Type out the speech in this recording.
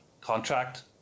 contract